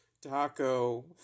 Taco